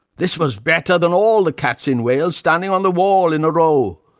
this was better than all the cats in wales standing on the wall in a row.